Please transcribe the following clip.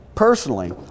Personally